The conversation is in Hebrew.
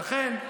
לכן,